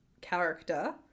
character